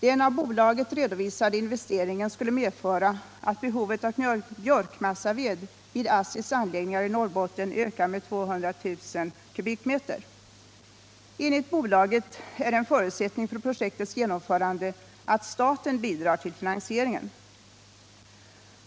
Den av bolaget 3 redovisade investeringen skulle medföra att behovet av björkmassaved vid ASSI:s anläggningar i Norrbotten ökar med 200 000 m? . Enligt bolaget är en förutsättning för projektets genomförande att staten bidrar till finansieringen.